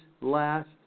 last